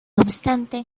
obstante